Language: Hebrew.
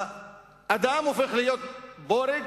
האדם הופך להיות בורג